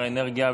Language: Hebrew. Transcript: שר האנרגיה,